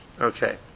Okay